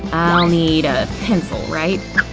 i'll need a pencil, right?